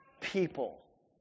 people